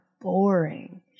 boring